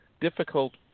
difficult